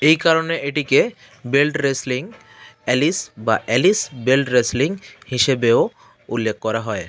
এই কারণে এটিকে বেল্ট রেসলিং অ্যালিশ বা অ্যালিশ বেল্ট রেসলিং হিসেবেও উল্লেখ করা হয়